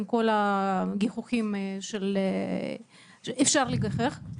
עם כל הגיחוכים שאפשר לגחך,